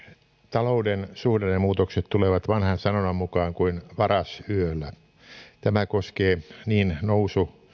talouden suhdannemuutokset tulevat vanhan sanonnan mukaan kuin varas yöllä tämä koskee niin nousu